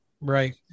Right